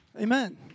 Amen